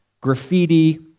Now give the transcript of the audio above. graffiti